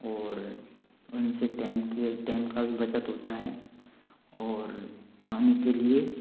और उनसे टाइम के टाइम का भी बचत होता है और पानी के लिए